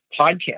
podcast